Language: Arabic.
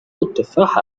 التفاح